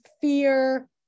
fear